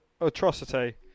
atrocity